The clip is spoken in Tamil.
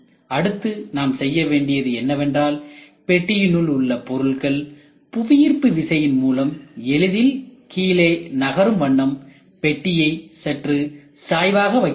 அடுத்து நாம் செய்ய வேண்டியது என்னவென்றால் பெட்டியினுள் உள்ள பொருட்கள் புவியீர்ப்பு விசையின் மூலம் எளிதில் கீழே நகரம் வண்ணம் பெட்டியை சற்று சாய்வாக வைக்கவேண்டும்